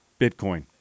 Bitcoin